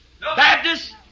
Baptists